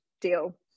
deal